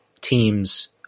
teams –